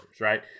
right